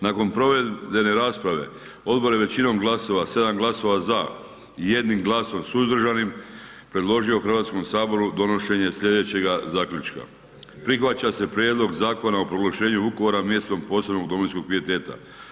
Nakon provedene rasprave odbor je većinom glasova, 7 glasova za i 1 glasom suzdržanim predložio Hrvatskom saboru donošenje sljedećega zaključka: „Prihvaća se Prijedlog zakona o proglašenju Vukovara mjestom posebnog domovinskog pijeteta.